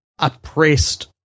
oppressed